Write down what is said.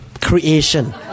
Creation